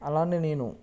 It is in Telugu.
అలాగే నేను